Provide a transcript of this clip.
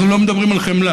אנחנו לא מדברים על חמלה.